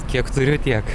kiek turiu tiek